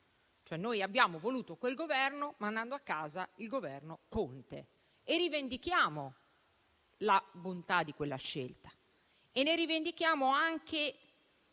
noi abbiamo voluto quel Governo, mandando a casa il Governo Conte, e rivendichiamo la bontà di quella scelta. Ne rivendichiamo anche